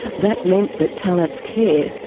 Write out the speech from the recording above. that meant that talet's care,